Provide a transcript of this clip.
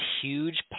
huge